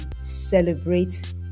celebrate